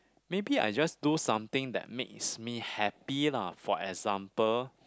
maybe I just do something that makes me happy lah for example